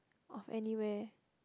of anywhere